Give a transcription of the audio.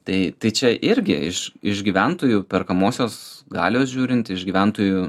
tai tai čia irgi iš iš gyventojų perkamosios galios žiūrint iš gyventojų